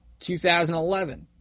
2011